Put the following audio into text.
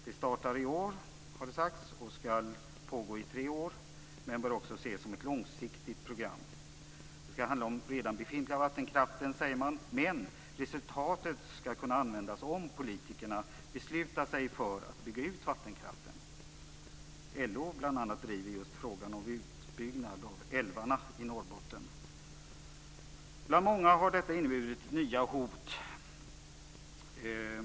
Det startar i år, har det sagts, och skall pågå i tre år men bör också ses som ett långsiktigt program. Det skall handla om den redan befintliga vattenkraften, säger man. Men resultatet skall kunna användas om politikerna beslutar sig för att bygga ut vattenkraften. Bl.a. LO driver frågan om utbyggnad av älvarna i Norrbotten. Bland många har detta inneburit nya hot.